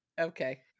Okay